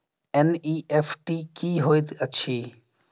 NEFT की होइत अछि?